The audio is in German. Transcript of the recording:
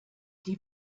die